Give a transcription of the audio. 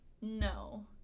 No